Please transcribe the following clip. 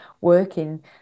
working